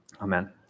Amen